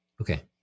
Okay